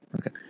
Okay